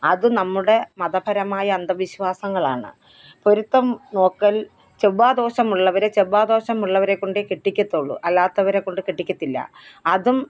അത് നമ്മുടെ മതപരമായ അന്ധവിശ്വാസങ്ങളാണ് പൊരുത്തം നോക്കല് ചൊവ്വാദോഷമുള്ളവരെ ചെവ്വാദോഷമുള്ളവരെ കൊണ്ടേ കെട്ടിക്കത്തുളളൂ അല്ലാത്തവരെ കൊണ്ട് കെട്ടിക്കത്തില്ല അതും